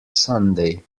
sunday